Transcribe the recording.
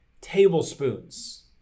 tablespoons